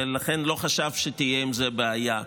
ולכן לא חשב שתהיה עם זה בעיה.